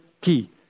key